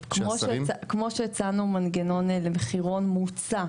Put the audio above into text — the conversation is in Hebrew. שכמו שהצענו מנגנון למחירון מומצא,